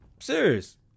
serious